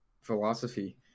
philosophy